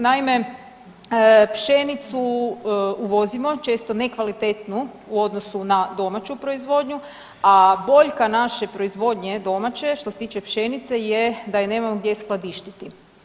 Naime, pšenicu uvozimo često nekvalitetnu u odnosu na domaću proizvodnju, a boljka naše proizvodnje domaće što se tiče pšenice je da je nemamo gdje skladištiti.